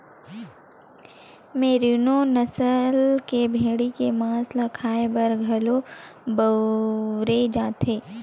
मेरिनों नसल के भेड़ी के मांस ल खाए बर घलो बउरे जाथे